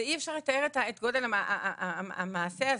אי אפשר לתאר את גודל המעשה הזה.